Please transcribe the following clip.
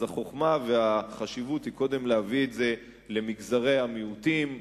אז החוכמה והחשיבות הן קודם להביא את זה למגזרי המיעוטים,